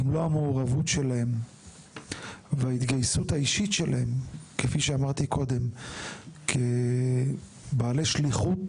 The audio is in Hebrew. אילולא המעורבות שלהם וההתגייסות האישית שלהם כבעלי שליחות